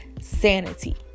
sanity